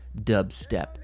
Dubstep